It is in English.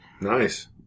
Nice